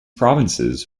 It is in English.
provinces